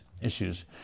issues